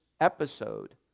episode